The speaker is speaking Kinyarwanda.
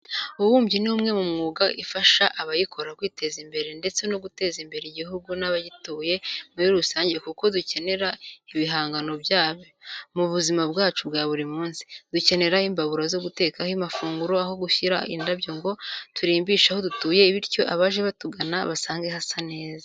Ububumbyi ni umwe mu myuga ifasha abayikora kwiteza imbere ndetse no guteza imbere igihugu n'abagituye muri rusange kuko dukenera ibihangano byabo mu buzima bwacu bwa buri munsi. Dukenera imbabura zo gutekaho amafunguro, aho gushyira indabo ngo turimbishe aho dutuye bityo abaje batugana basange hasa neza.